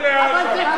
תתבייש לך.